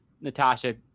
natasha